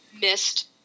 missed